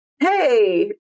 Hey